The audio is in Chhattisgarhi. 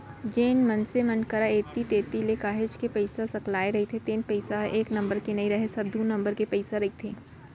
जेन मनसे मन करा ऐती तेती ले काहेच के पइसा सकलाय रहिथे तेन पइसा ह एक नंबर के नइ राहय सब दू नंबर के पइसा रहिथे